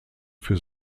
für